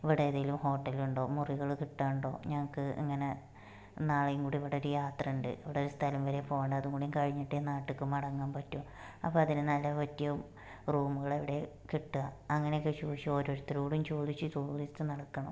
ഇവിടെ ഏതെങ്കിലും ഹോട്ടൽ ഉണ്ടോ മുറികൾ കിട്ടാൻ ഉണ്ടോ ഞങ്ങൾക്ക് ഇങ്ങനെ നാളെയും കൂടി ഇവിടെ ഓർ യാത്ര ഉണ്ട് ഇവിടെ ഒരു സ്ഥലം വരെയും പോവണം അതുംകൂടി കഴിഞ്ഞിട്ടേ നാട്ടിലേക്ക് മടങ്ങാന് പറ്റൂ അപ്പം അതിന് നല്ലത് പറ്റിയ റൂമുകൾ എവിടെ കിട്ടുക അങ്ങനെ ഒക്കെ ചോദിച്ച് ഓരോരുത്തരോടും ചോദിച്ച് ചോദിച്ച് നടക്കണം